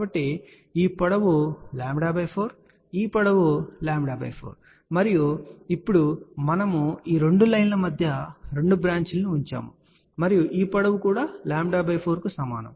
కాబట్టి ఈ పొడవు λ4 ఈ పొడవు λ4 మరియు ఇప్పుడు మనము ఈ రెండు లైన్ల మధ్య రెండు బ్రాంచీ లను ఉంచాము మరియు ఈ పొడవు కూడా λ4 కు సమానం